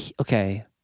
okay